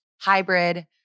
hybrid